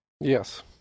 Yes